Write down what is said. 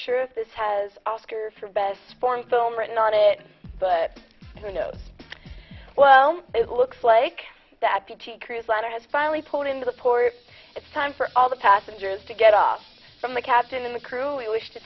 sure if this has oscar for best foreign film written on it but you know well it looks like that peachy cruise liner has finally pulled into the poor it's time for all the passengers to get off from the captain and the crew we wish to